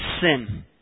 sin